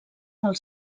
del